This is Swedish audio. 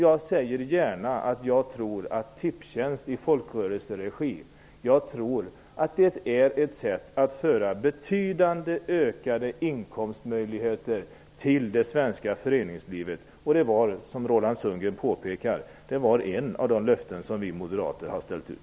Jag säger gärna att jag tror att Tipstjänst i folkrörelseregi är ett sätt att föra betydande ökade inkomstmöjligheter till det svenska föreningslivet. Som Roland Sundgren påpekade är det ett av de löften som vi moderater har ställt ut.